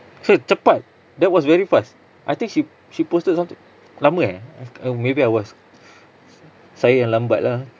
so cepat that was very fast I think she she posted somethi~ lama eh maybe I was saya yang lambat lah